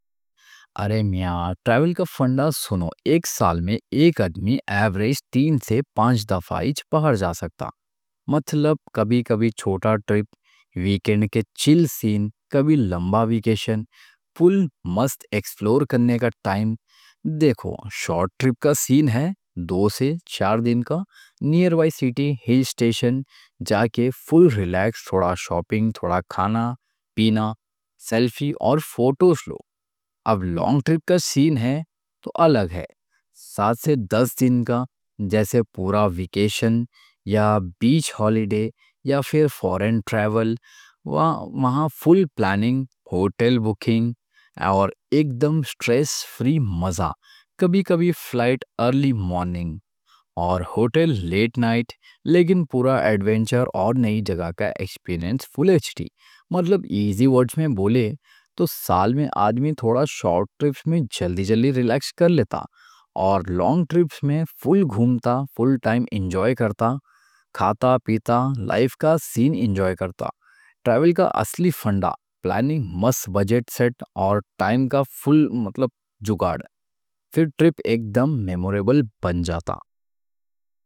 ارے میاں ٹریول کا فنڈا سنو، ایک سال میں ایک آدمی ایوریج تین سے پانچ دفعہ اِچ باہر جا سکتا۔ مطلب کبھی کبھی چھوٹا ٹرپ، ویکنڈ کے چل سین، کبھی لمبا ویکیشن، فل مست ایکسپلور کرنے کا ٹائم۔ دیکھو، شارٹ ٹرپ کا سین ہے دو سے چار دن کا، نیئربائے سِٹی، ہِل اسٹیشن جا کے فل ریلیکس، تھوڑا شاپنگ، تھوڑا کھانا پینا، سیلفی اور فوٹوز لو۔ اب لانگ ٹرپ کا سین ہے تو الگ ہے، سات سے دس دن کا، جیسے پورا ویکیشن یا بیچ ہالیڈے یا پھر فورین ٹریول وہاں مہاں فل پلاننگ، ہوٹل بُکنگ اور ایک دم سٹریس فری مزہ۔ کبھی کبھی فلائٹ ارلی مارننگ اور ہوٹل لیٹ نائٹ، لیکن پورا ایڈوینچر اور نئی جگہ کا ایکسپیرینس، فل ایچ ٹی۔ مطلب ایزی ورڈ میں بولے تو، سال میں آدمی تھوڑا شارٹ ٹرپ میں جلدی جلدی ریلیکس کر لیتا، اور لانگ ٹرپ میں فل گھومتا، فل ٹائم انجوائے کرتا، کھاتا پیتا، لائف کا سین انجوائے کرتا۔ ٹریول کا اصلی فنڈا: پلاننگ، بس بجٹ سیٹ، اور ٹائم کا فل جگاڑ، پھر ٹرپ ایک دم میموریبل بن جاتا۔